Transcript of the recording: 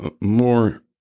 more